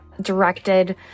directed